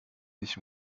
nicht